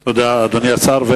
תודה, אדוני השר.